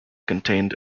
contained